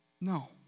no